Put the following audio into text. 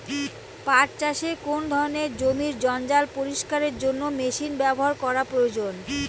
পাট চাষে কোন ধরনের জমির জঞ্জাল পরিষ্কারের জন্য মেশিন ব্যবহার করা প্রয়োজন?